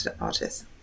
artists